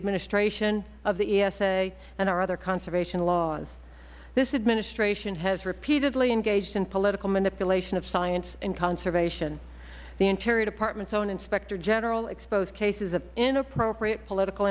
administration of esa and our other conservation laws this administration has repeatedly engaged in political manipulation of science and conservation the interior department's own inspector general exposed cases of inappropriate political